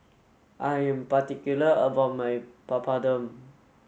I am particular about my Papadum